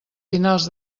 finals